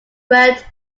worked